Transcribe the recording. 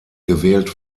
gewählt